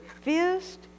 fist